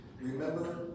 Remember